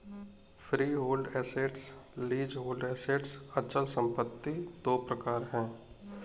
freehold assets, leasehold assets अचल संपत्ति दो प्रकार है